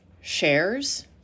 shares